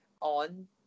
on